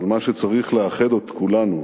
אבל מה שצריך לאחד את כולנו הוא